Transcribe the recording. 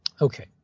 Okay